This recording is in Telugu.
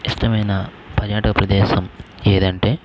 ఇష్టమైన పర్యాటక ప్రదేశం ఏదంటే